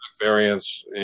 variants